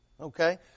Okay